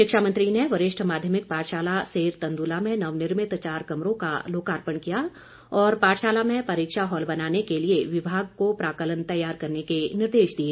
शिक्षा मंत्री ने वरिष्ठ माध्यमिक पाठशाला सेर तंदुला में नवनिर्भित चार कमरों का लोकार्पण किया और पाठशाला में परीक्षा हाल बनाने के लिए विभाग को प्राक्कलन तैयार करने के निर्देश दिए